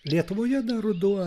lietuvoje ruduo